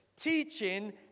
teaching